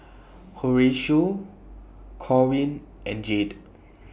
Horatio Corwin and Jade